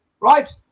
right